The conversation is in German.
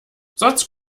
sonst